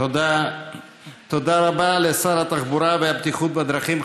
תודה רבה לשר התחבורה והבטיחות בדרכים,